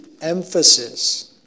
emphasis